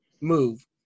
move